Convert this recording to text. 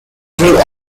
federal